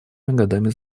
годами